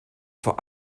vor